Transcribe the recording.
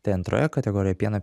tai antroje kategorijoje pieno